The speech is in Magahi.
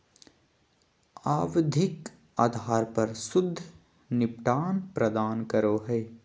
आवधिक आधार पर शुद्ध निपटान प्रदान करो हइ